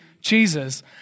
Jesus